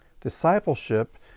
Discipleship